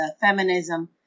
feminism